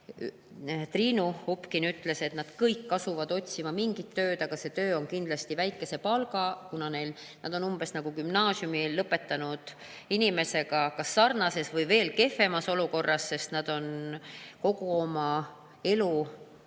Triinu Upkin ütles, nad kõik asuvad otsima mingit tööd, aga see töö on kindlasti väikese palgaga, kuna nad on gümnaasiumi lõpetanud inimesega sarnases või veel kehvemas olukorras, sest nad on kogu oma elu